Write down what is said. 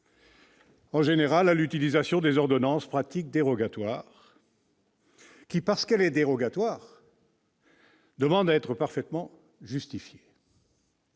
principe à l'utilisation des ordonnances, pratique dérogatoire qui, parce qu'elle est dérogatoire, demande à être parfaitement justifiée.